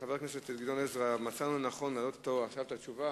חבר הכנסת טלב אלסאנע שאל את שר התשתיות